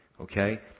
okay